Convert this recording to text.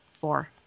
four